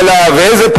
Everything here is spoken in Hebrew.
ואחריו, או